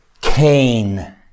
Cain